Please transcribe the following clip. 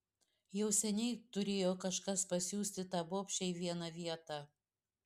jau seniai turėjo kažkas pasiųsti tą bobšę į vieną vietą